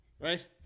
Right